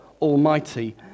Almighty